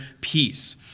Peace